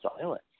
silence